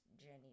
journey